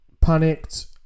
panicked